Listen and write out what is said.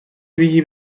ibili